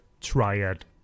triad